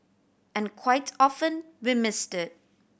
and quite often we miss it